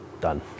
done